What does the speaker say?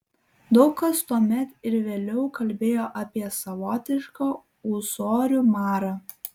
daug kas tuomet ir vėliau kalbėjo apie savotišką ūsorių marą